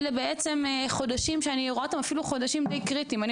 אלה בעצם חודשים שאני רואה אותם אפילו חודשים די קריטית.